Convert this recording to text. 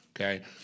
Okay